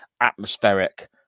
atmospheric